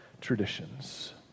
traditions